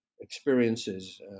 experiences